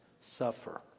suffer